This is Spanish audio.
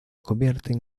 convierten